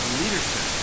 leadership